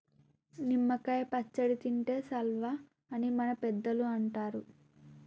నిమ్మ కాయ పచ్చడి తింటే సల్వా అని మన పెద్దలు అంటరు